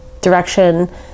direction